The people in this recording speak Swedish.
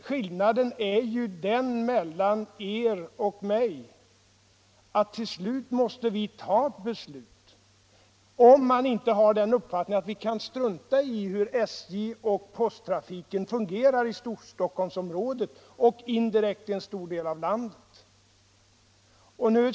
Skillnaden mellan er och mig är ju den att till slut måste regeringen fatta ett beslut — om man inte har den uppfattningen att man kan strunta i hur SJ och posttrafiken fungerar i Storstockholmsområdet och indirekt i en stor del av landet.